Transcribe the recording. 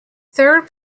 third